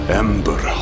ember